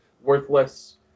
worthless